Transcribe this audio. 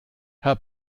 herr